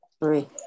Three